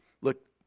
look